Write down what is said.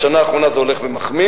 בשנה האחרונה זה הולך ומחמיר,